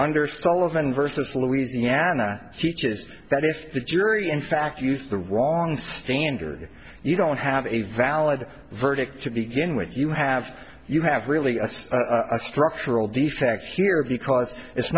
under sullivan versus louisiana she teaches that if the jury in fact used the wrong standard you don't have a valid verdict to begin with you have you have really a structural defects here because it's